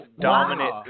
dominant